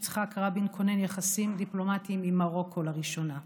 יצחק רבין כונן יחסים דיפלומטיים עם מרוקו לראשונה.